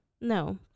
No